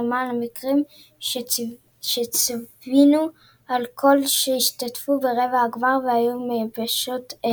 ולמעט המקרים שצוינו כל אלו שהשתתפו ברבע הגמר היו מיבשות אלה.